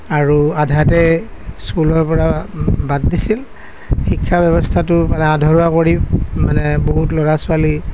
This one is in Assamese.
আৰু আধাতে স্কুলৰ পৰা বাদ দিছিল শিক্ষা ব্যৱস্থাটো আধৰুৱা কৰি মানে বহুত ল'ৰা ছোৱালী